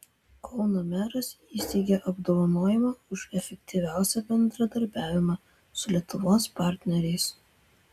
kauno meras įsteigė apdovanojimą už efektyviausią bendradarbiavimą su lietuvos partneriais